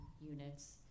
units